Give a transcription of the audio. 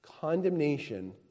condemnation